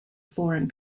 foreign